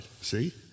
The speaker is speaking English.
See